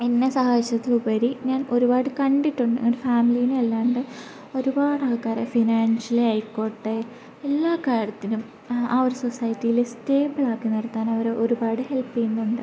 എന്നെ സഹായിച്ചതിലുപരി ഞാൻ ഒരുപാട് കണ്ടിട്ടുണ്ട് ഫാമിലീനെ അല്ലാണ്ട് ഒരുപാട് ആൾക്കാരെ ഫിനാൻഷ്യലി ആയിക്കോട്ടെ എല്ലാ കാര്യത്തിലും ആ ഒരു സൊസൈറ്റിയിൽ സ്റ്റേബിളാക്കി നിർത്താൻ അവർ ഒരുപാട് ഹെൽപ്പ് ചെയ്യുന്നുണ്ട്